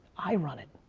i run it.